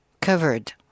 covered